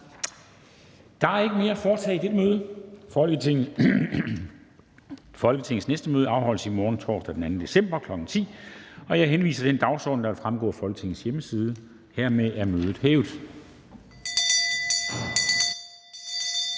Der er ikke mere at foretage i dette møde. Folketingets næste møde afholdes i morgen, torsdag den 2. december 2021, kl. 10.00. Jeg henviser til den dagsorden, der vil fremgå af Folketingets hjemmeside. Mødet er hævet.